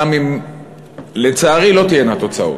גם אם לצערי לא תהיינה תוצאות,